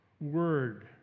word